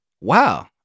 Wow